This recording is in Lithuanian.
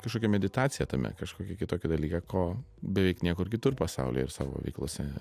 kažkokią meditaciją tame kažkokį kitokį dalyką ko beveik niekur kitur pasaulyje ir savo veiklose